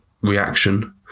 reaction